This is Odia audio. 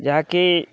ଯାହାକି